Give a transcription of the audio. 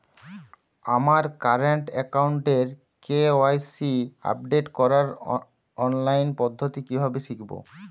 আমার কারেন্ট অ্যাকাউন্টের KYC update করার অনলাইন পদ্ধতি কীভাবে শিখব?